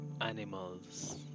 animals